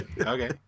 Okay